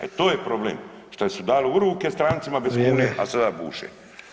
E to je problem šta su dali u ruke strancima bez kune, a sada buše.